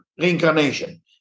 reincarnation